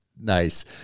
Nice